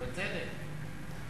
בצדק.